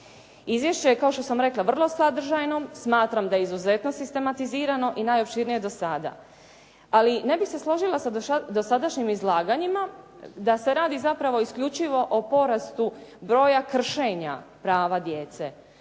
Izvješće je kao što sam rekla vrlo sadržajno, smatram da je izuzetno sistematizirano i najopširnije do sada. Ali ne bih se složila sa dosadašnjim izlaganjima da se radi zapravo isključivo o porastu broja kršenja prava djece.